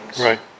Right